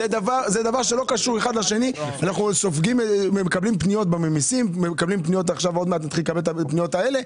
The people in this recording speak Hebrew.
אנחנו מקבלים פניות לגבי הממיסים ועוד מעט נתחיל לקבל פניות בנושא הזה.